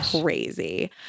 crazy